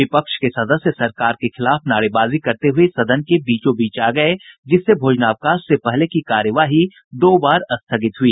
विपक्ष के सदस्य सरकार के खिलाफ नारेबाजी करते हुए सदन के बीचोबीच आ गये जिससे भोजनावकाश से पहले की कार्यवाही दो बार स्थगित हुई